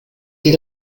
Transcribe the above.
die